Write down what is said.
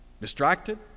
distracted